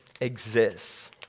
exists